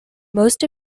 most